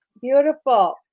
Beautiful